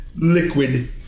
Liquid